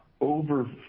Over